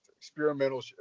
experimental